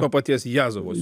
to paties jazovo sių